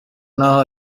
naho